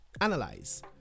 analyze